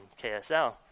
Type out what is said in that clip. KSL